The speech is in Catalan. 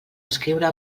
escriure